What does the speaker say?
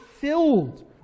filled